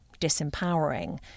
disempowering